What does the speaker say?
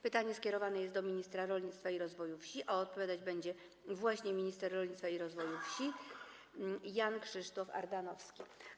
Pytanie skierowane jest do ministra rolnictwa i rozwoju wsi, a odpowiadać będzie właśnie minister rolnictwa i rozwoju wsi Jan Krzysztof Ardanowski.